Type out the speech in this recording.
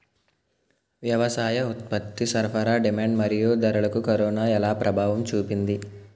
వ్యవసాయ ఉత్పత్తి సరఫరా డిమాండ్ మరియు ధరలకు కరోనా ఎలా ప్రభావం చూపింది